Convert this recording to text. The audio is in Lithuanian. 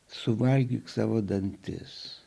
suvalgyk savo dantis